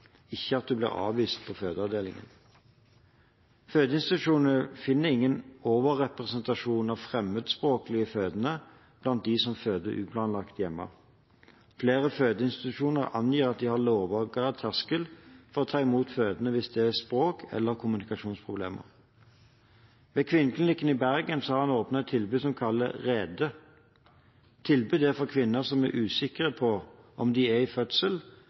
ikke at hun blir avvist på fødeavdelingen. Fødeinstitusjonene finner ingen overrepresentasjon av fremmedspråklige fødende blant dem som føder uplanlagt hjemme. Flere fødeinstitusjoner angir at de har lavere terskel for å ta imot fødende hvis det er språk- eller kommunikasjonsproblemer. Ved Kvinneklinikken i Bergen har man åpnet et tilbud som kalles Rede. Tilbudet er for kvinner som er usikre på om de er i fødsel,